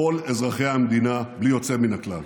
כל אזרחי המדינה בלי יוצא מן הכלל.